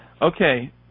okay